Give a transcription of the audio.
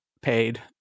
paid